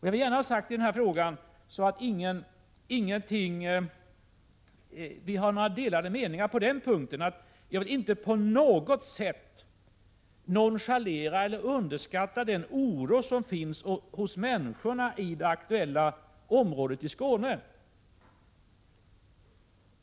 Jag vill gärna ha sagt att på denna punkt råder inte några delade meningar. Jag vill inte på något sätt nonchalera eller underskatta den oro som finns hos människorna i det aktuella området i Skåne.